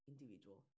individual